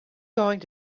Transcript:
going